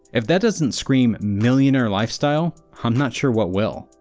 if that doesn't scream millionaire lifestyle, i'm not sure what will.